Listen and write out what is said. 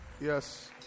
yes